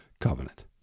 covenant